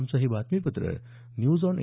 आमचं हे बातमीपत्र न्यूज आॅन ए